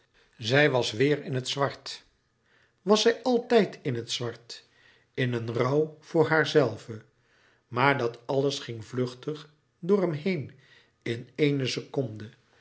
zij was weêr in het zwart was zij altijd in het zwart in een rouw voor haarzelve maar dat alles ging vluchtig door hem heen in eéne seconde